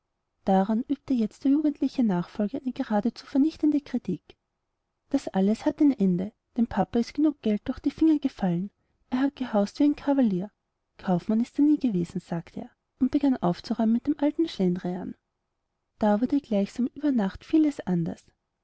daran übte jetzt der jugendliche nachfolger eine geradezu vernichtende kritik das alles hat ein ende dem papa ist geld genug durch die finger gefallen er hat gehaust wie ein kavalier kaufmann ist er nie gewesen sagte er und begann aufzuräumen mit dem alten schlendrian da wurde gleichsam über nacht vieles anders